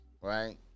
right